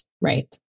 Right